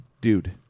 Dude